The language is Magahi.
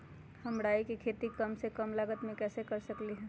हम राई के खेती कम से कम लागत में कैसे कर सकली ह?